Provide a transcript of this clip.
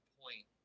point